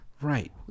Right